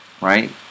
Right